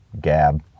Gab